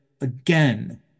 again